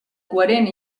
coherent